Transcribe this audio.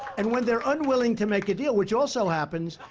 and when they're unwilling to make a deal, which also happens,